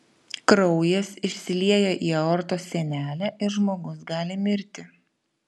kraujas išsilieja į aortos sienelę ir žmogus gali mirti